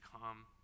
come